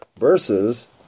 versus